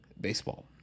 baseball